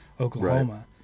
Oklahoma